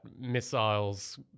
missiles